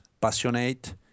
passionate